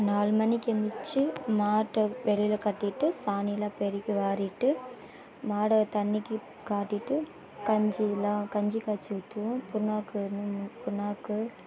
நாலு மணிக்கு எந்திரிச்சு மாட்டை வெளியில கட்டிட்டு சாணியெலாம் பெருக்கி வாரிட்டு மாடை தண்ணிக்கு காட்டிட்டு கஞ்சியெலாம் கஞ்சி காய்ச்சு ஊற்றுவோம் புண்ணாக்கு இன்னும் புண்ணாக்கு